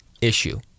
issue